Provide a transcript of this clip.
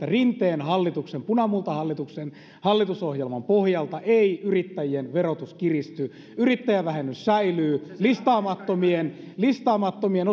rinteen hallituksen punamultahallituksen hallitusohjelman pohjalta ei yrittäjien verotus kiristy yrittäjävähennys säilyy listaamattomien listaamattomien